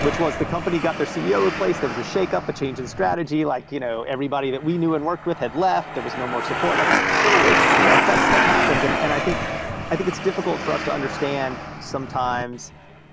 which was the company got their ceo replaced. there was a shakeup, a change in strategy. like you know everybody that we knew and worked with had left. there was no more support. like you know that that stuff happens. and and i think i think it's difficult for us to understand sometimes